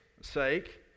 sake